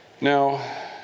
Now